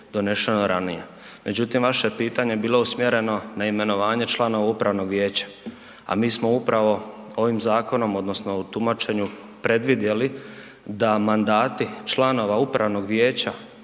doneseno ranije. Međutim, vaše pitanje je bilo usmjereno na imenovanje članova upravnog vijeća, a mi smo upravo ovim zakonom odnosno u tumačenju predvidjeli da mandati članova upravnog vijeća